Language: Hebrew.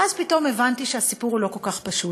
ואז פתאום הבנתי שהסיפור הוא לא כל כך פשוט,